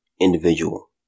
individual